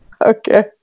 Okay